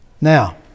Now